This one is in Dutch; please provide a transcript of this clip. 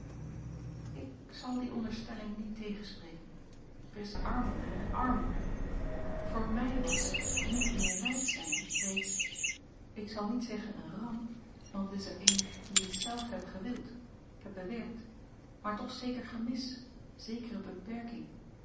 ik zal die onderstelling niet tegenspreken er is armoede en armoede voor mij was niet meer rijk zijn reeds ik zal niet zeggen een ramp want het is er eene die ik zelf heb gewild heb bewerkt maar toch zeker gemis zekere beperking